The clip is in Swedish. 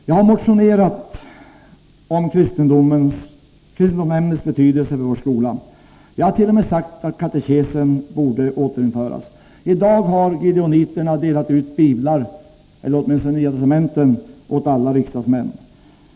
Jag har motionerat om kristendomsämnets betydelse för vår skola. Jag har t.o.m. sagt att katekesen borde återinföras. I dag har Gideoniterna delat ut biblar — eller åtminstone Nya testamenten — till alla riksdagsmän.